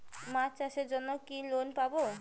মাছ চাষের জন্য কি লোন পাব?